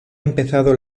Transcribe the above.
empezado